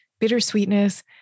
bittersweetness